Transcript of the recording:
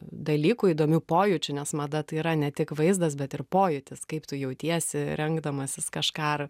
dalykų įdomių pojūčių nes mada tai yra ne tik vaizdas bet ir pojūtis kaip tu jautiesi rengdamasis kažką ar